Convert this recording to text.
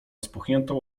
spuchniętą